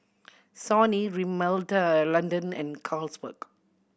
Sony Rimmel London and Carlsberg